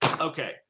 okay